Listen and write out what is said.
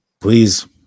Please